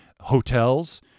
hotels